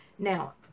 Now